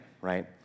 right